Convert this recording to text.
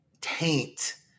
taint